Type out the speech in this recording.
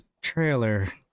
trailer